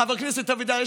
חבר הכנסת אבידר?